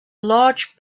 large